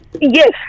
Yes